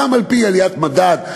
גם על-פי עליית מדד,